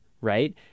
right